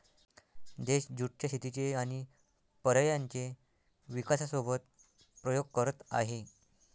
देश ज्युट च्या शेतीचे आणि पर्यायांचे विकासासोबत प्रयोग करत आहे